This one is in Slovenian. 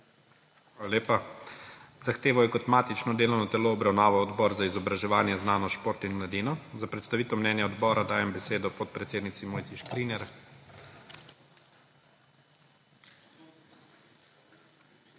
Hvala lepa. Zahtevo je kot matično delovno telo obravnaval Odbor za izobraževanje, znanost, šport in mladino. Za predstavitev mnenja odbora dajem besedo podpredsednici Mojci Škrinjar.